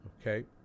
Okay